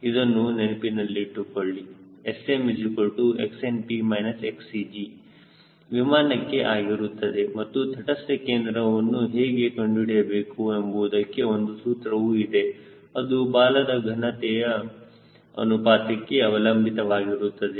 ಇದನ್ನು ನೆನಪಿನಲ್ಲಿಟ್ಟುಕೊಳ್ಳಿ SMXNP XCG ವಿಮಾನಕ್ಕೆ ಆಗಿರುತ್ತದೆ ಮತ್ತು ತಟಸ್ಥ ಕೇಂದ್ರವನ್ನು ಹೇಗೆ ಕಂಡುಹಿಡಿಯಬೇಕು ಎಂಬುವುದಕ್ಕೆ ಒಂದು ಸೂತ್ರವು ಇದೆ ಅದು ಬಾಲದ ಘನತೆಯ ಅನುಪಾತಕ್ಕೆ ಅವಲಂಬಿತವಾಗಿರುತ್ತದೆ